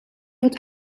het